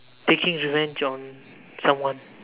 taking revenge on someone